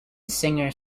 singer